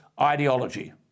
ideology